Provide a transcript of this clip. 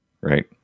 Right